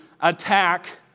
attack